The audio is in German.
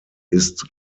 ist